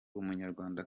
umunyarwanda